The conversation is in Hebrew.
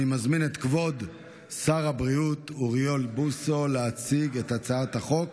אני מזמין את כבוד שר הבריאות אוריאל בוסו להציג את הצעת החוק